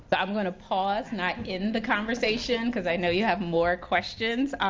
but i'm gonna pause, not end the conversation, cause i know you have more questions.